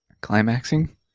climaxing